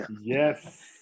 Yes